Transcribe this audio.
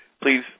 please